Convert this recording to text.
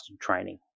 training